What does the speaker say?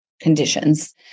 conditions